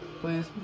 Please